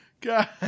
God